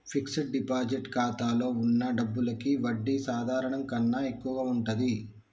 fixed deposit ఖాతాలో వున్న డబ్బులకి వడ్డీ సాధారణం కన్నా ఎక్కువగా ఉంటది